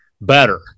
better